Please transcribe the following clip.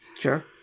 Sure